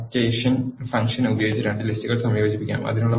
concatenation function ഉപയോഗിച്ച് രണ്ട് ലിസ്റ്റുകൾ സംയോജിപ്പിക്കാം